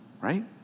Right